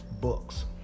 books